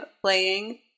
playing